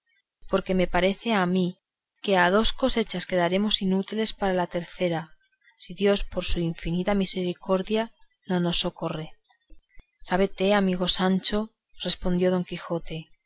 porque me parece a mí que a dos cosechas quedaremos inútiles para la tercera si dios por su infinita misericordia no nos socorre sábete amigo sancho respondió don quijote